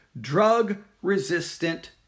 drug-resistant